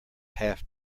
half